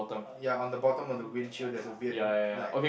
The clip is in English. ya on the bottom of the windshield there's a weird like